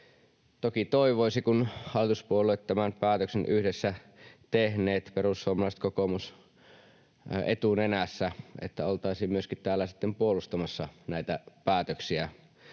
Toki toivoisi, että kun hallituspuolueet ovat tämän päätöksen yhdessä tehneet — perussuomalaiset, kokoomus etunenässä — niin oltaisiin myöskin täällä salissa sitten puolustamassa näitä päätöksiä,